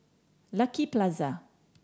Lucky Plaza